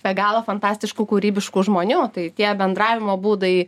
be galo fantastiškų kūrybiškų žmonių tai tie bendravimo būdai